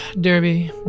Derby